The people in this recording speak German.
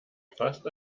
fast